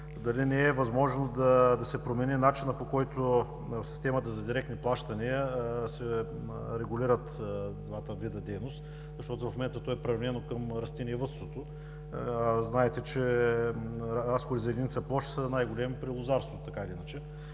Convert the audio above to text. дали не е възможно да се промени начинът, по който в системата за директни плащания се регулират двата вида дейност, защото в момента е приравнено към растениевъдството? Знаете, че разходите за единица площ са най-големи при лозарството. Дали